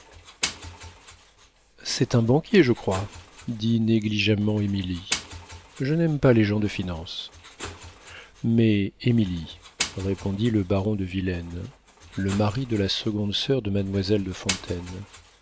c'est un banquier je crois dit négligemment émilie je n'aime pas les gens de finance mais emilie répondit le baron de villaine le mari de la seconde soeur de mademoiselle de fontaine